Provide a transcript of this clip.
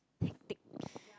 hectic